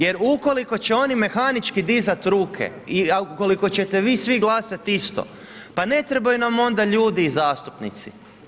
Jer ukoliko će oni mehanički dizati ruke, ukoliko ćete vi svi glasati isto pa ne trebaju nam onda ljudi i zastupnici.